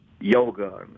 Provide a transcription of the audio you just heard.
yoga